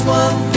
one